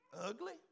ugly